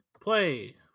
play